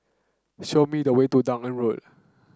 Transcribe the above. show me the way to Dunearn Road